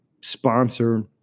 Sponsor